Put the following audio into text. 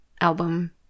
album